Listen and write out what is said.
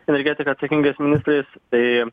energetiką atsakingais ministrais tai